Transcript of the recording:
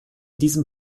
diesem